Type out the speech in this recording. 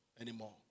anymore